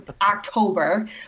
October